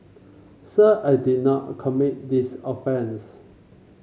sir I did not commit this offence